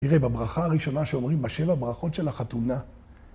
תראה, בברכה הראשונה שאומרים בשבע ברכות של החתונה